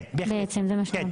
כן, בהחלט.